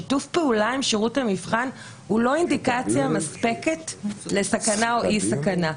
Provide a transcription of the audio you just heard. שיתוף פעולה עם שירות המבחן הוא לא אינדיקציה מספקת לסכנה או לאי-סכנה.